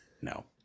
No